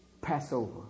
Passover